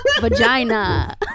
Vagina